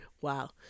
wow